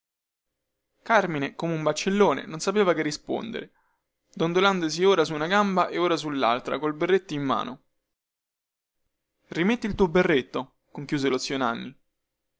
carmine come un baccellone non sapeva che rispondere dondolandosi or su una gamba e ora sullaltra col berretto in mano rimetti il tuo berretto conchiuse lo zio nanni